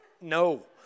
no